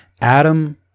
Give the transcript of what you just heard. Adam